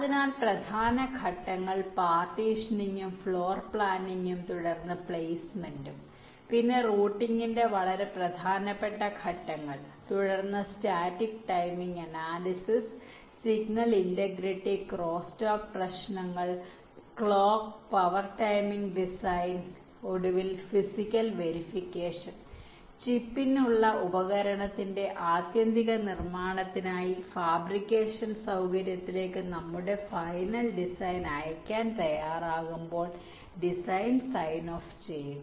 അതിനാൽ പ്രധാന ഘട്ടങ്ങൾ പാർട്ടീഷനിംഗും ഫ്ലോർ പ്ലാനിംഗും തുടർന്ന് പ്ലേസ്മെന്റും പിന്നെ റൂട്ടിംഗിന്റെ വളരെ പ്രധാനപ്പെട്ട ഘട്ടങ്ങൾ തുടർന്ന് static timing analysis signal integrity crosstalk പ്രശ്നങ്ങൾ ക്ലോക്ക് പവർ ടൈമിംഗ് ഡിസൈൻ ഒടുവിൽ ഫിസിക്കൽ വെരിഫിക്കേഷൻ ചിപ്പിനുള്ള ഉപകരണത്തിന്റെ ആത്യന്തിക നിർമ്മാണത്തിനായി ഫാബ്രിക്കേഷൻ സൌകര്യത്തിലേക്ക് നമ്മുടെ ഫൈനൽ ഡിസൈൻ അയയ്ക്കാൻ തയ്യാറാകുമ്പോൾ ഡിസൈൻ സൈൻ ഓഫ് ചെയ്യുക